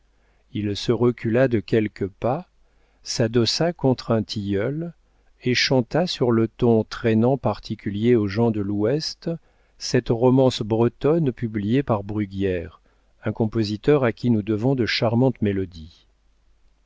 il se recula de quelques pas s'adossa contre un tilleul et chanta sur le ton traînant particulier aux gens de l'ouest cette romance bretonne publiée par bruguière un compositeur à qui nous devons de charmantes mélodies